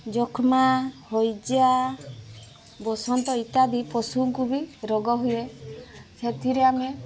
ଯକ୍ଷ୍ମା ହଇଜା ବସନ୍ତ ଇତ୍ୟାଦି ପଶୁଙ୍କୁ ବି ରୋଗ ହୁଏ ସେଥିରେ ଆମେ